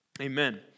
Amen